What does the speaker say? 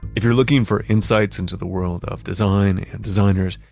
if you're looking for insights into the world of design and designers,